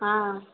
ஆ